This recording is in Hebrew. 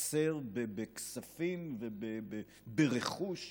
חסר בכספים וברכוש.